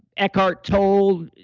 eckhart tolle,